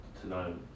tonight